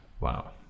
Wow